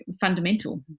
fundamental